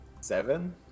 Seven